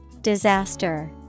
Disaster